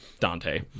Dante